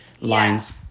lines